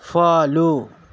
follow